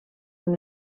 amb